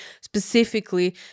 specifically